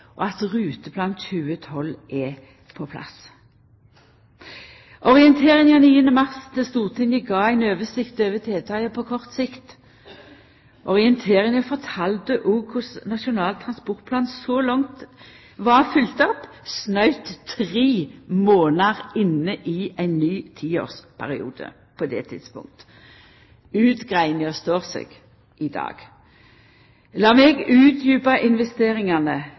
på plass. Orienteringa til Stortinget den 9. mars gav ein oversikt over tiltaka på kort sikt. Orienteringa fortalde òg korleis Nasjonal transportplan så langt var følgt opp – snautt tre månader inne i ein ny tiårsperiode, på det tidspunktet. Utgreiinga står seg i dag! Lat meg utdjupa investeringane